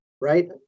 right